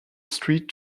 street